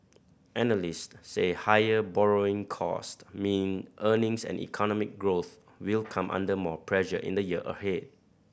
analyst say higher borrowing cost mean earnings and economic growth will come under more pressure in the year ahead